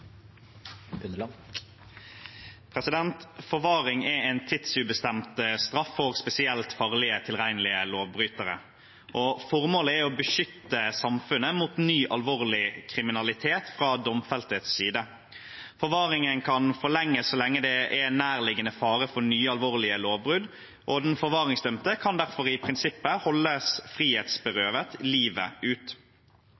å beskytte samfunnet mot ny alvorlig kriminalitet fra domfeltes side. Forvaringen kan forlenges så lenge det er nærliggende fare for nye alvorlige lovbrudd, og den forvaringsdømte kan derfor i prinsippet holdes